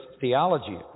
theology